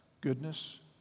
goodness